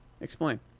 Explain